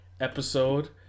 episode